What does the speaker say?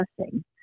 testing